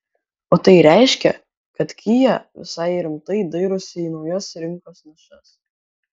o tai reiškia kad kia visai rimtai dairosi į naujas rinkos nišas